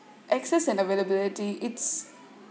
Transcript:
access and availability it's